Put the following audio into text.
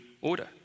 order